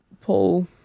pull